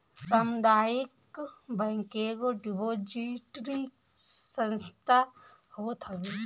सामुदायिक बैंक एगो डिपोजिटरी संस्था होत हवे